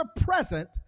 present